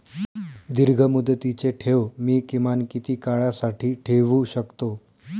दीर्घमुदतीचे ठेव मी किमान किती काळासाठी ठेवू शकतो?